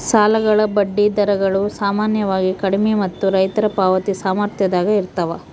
ಸಾಲಗಳ ಬಡ್ಡಿ ದರಗಳು ಸಾಮಾನ್ಯವಾಗಿ ಕಡಿಮೆ ಮತ್ತು ರೈತರ ಪಾವತಿ ಸಾಮರ್ಥ್ಯದಾಗ ಇರ್ತವ